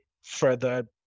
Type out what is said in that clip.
further